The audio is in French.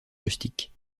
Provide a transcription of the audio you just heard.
rustique